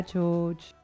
George